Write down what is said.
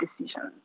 decisions